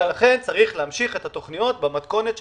ולכן צריך להמשיך את התוכניות במתכונת שתוכננה.